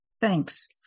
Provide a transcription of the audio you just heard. thanks